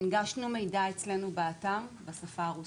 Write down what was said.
הנגשנו מידע אצלנו באתר בשפה הרוסית,